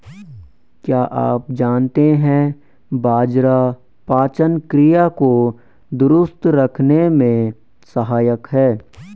क्या आप जानते है बाजरा पाचन क्रिया को दुरुस्त रखने में सहायक हैं?